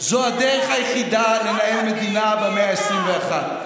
זו הדרך היחידה לנהל מדינה במאה ה-21.